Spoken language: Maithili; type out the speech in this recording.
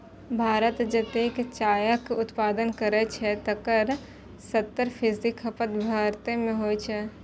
भारत जतेक चायक उत्पादन करै छै, तकर सत्तर फीसदी खपत भारते मे होइ छै